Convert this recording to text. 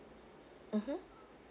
mmhmm